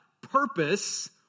purpose